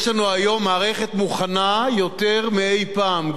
יש לנו היום מערכת מוכנה יותר מאי-פעם,